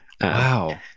wow